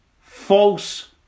false